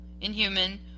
inhuman